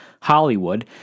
Hollywood